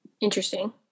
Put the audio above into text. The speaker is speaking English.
Interesting